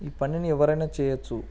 ఈ పనిని ఎవరైనా చేయచ్చు